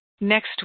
next